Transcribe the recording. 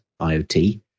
iot